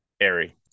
airy